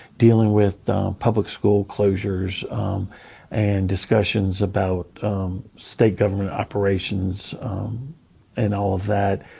dealing with public school closures and discussions about state government operations and all of that.